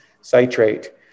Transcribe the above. citrate